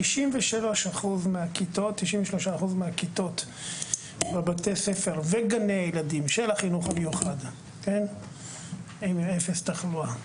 93% מהכיתות בבתי הספר וגני הילדים של החינוך המיוחד הם עם אפס תחלואה.